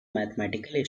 mathematical